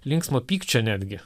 linksmo pykčio netgi